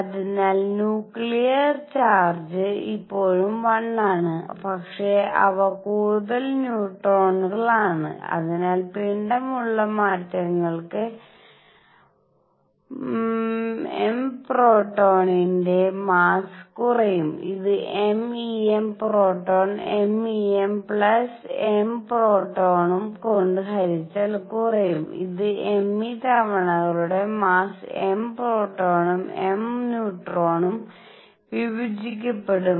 അതിനാൽ nuclear charge ഇപ്പോഴും 1 ആണ് പക്ഷേ അവ കൂടുതൽ ന്യൂട്രോണുകളാണ് അതിനാൽ പിണ്ഡമുള്ള മാറ്റങ്ങൾക്ക് മെം പ്രോട്ടോണിന്റെ മാസ്സ് കുറയും ഇത് m e m പ്രോട്ടോണും m e m പ്രോട്ടോണും കൊണ്ട് ഹരിച്ചാൽ കുറയും ഇതിന് me തവണകളുടെ മാസ്സ് m പ്രോട്ടോണും m ന്യൂട്രോണും വിഭജിക്കപ്പെടും